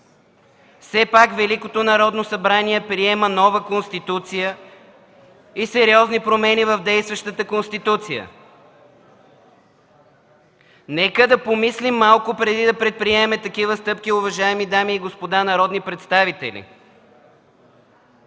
Все пак Великото Народно събрание приема нова Конституция и сериозни промени в действащата Конституция. Нека да помислим малко преди да предприемем такива стъпки, уважаеми дами и господа народни представители!